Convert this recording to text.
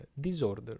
disorder